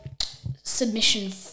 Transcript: submission